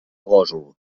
gósol